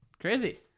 Crazy